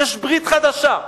יש ברית חדשה.